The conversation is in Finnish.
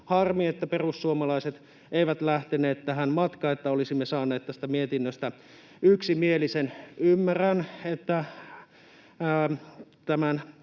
Harmi, että perussuomalaiset eivät lähteneet tähän matkaan, että olisimme saaneet tästä mietinnöstä yksimielisen. Ymmärrän, että tämän